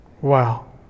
Wow